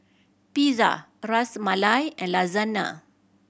Pizza Ras Malai and Lasagna